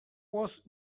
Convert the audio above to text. was